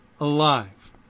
alive